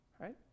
right